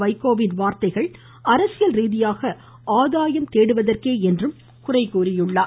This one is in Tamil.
வைகோவின் வார்த்தைகள் அரசியல் ரீதியாக ஆதாயம் தேடுவதற்கே என்றும் அவர் குறைகூறினார்